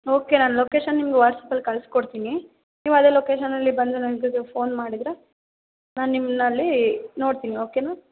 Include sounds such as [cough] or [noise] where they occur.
okay ನಾನು location ನಿಮ್ಗೆ ವಾಟ್ಸಪಲ್ಲಿ ಕಳ್ಸಿ ಕೊಡ್ತೀನಿ ನೀವು ಅದೇ ಲೊಕೇಶನಲ್ಲಿ ಬಂದು [unintelligible] ಫೋನ್ ಮಾಡಿದರೆ ನಾನು ನಿಮ್ಮನ್ನ ಅಲ್ಲಿ ನೋಡ್ತೀನಿ ಓಕೆನಾ